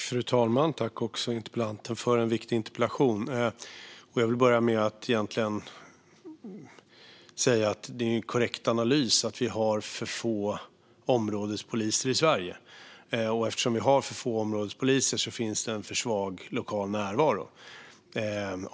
Fru talman! Tack, interpellanten, för en viktig interpellation! Jag vill börja med att säga att det är en korrekt analys att vi har för få områdespoliser i Sverige, och eftersom vi har för få områdespoliser finns det en för svag lokal närvaro.